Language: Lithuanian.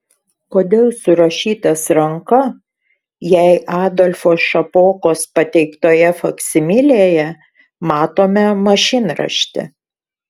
kodėl surašytas ranka jei adolfo šapokos pateiktoje faksimilėje matome mašinraštį